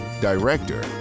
Director